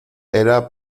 era